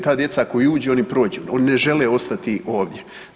Ta djeca koja uđu oni prođu, oni ne žele ostati ovdje.